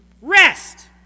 rest